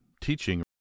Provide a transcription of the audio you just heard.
teaching